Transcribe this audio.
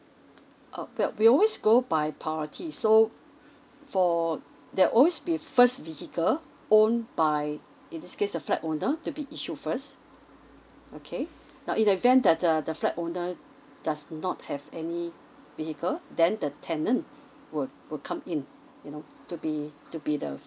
uh well we always go by priority so for there always be first vehicle owned by in this case the flat owner to be issued first okay now in the event that the the flat owner does not have any vehicle then the tenant would would come in you know to be to be the